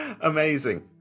Amazing